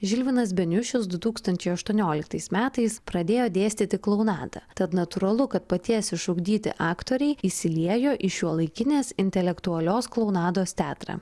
žilvinas beniušis du tūkstančiai aštuonioliktais metais pradėjo dėstyti klounadą tad natūralu kad paties išugdyti aktoriai įsiliejo į šiuolaikinės intelektualios klounados teatrą